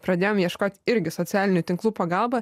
pradėjom ieškot irgi socialinių tinklų pagalba